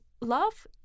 love